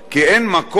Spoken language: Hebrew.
כי אין מקום